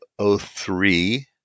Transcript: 03